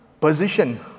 position